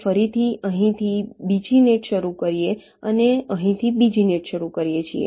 અમે ફરીથી અહીંથી બીજી નેટ શરૂ કરીએ અને અહીંથી બીજી નેટ શરૂ કરીએ છીએ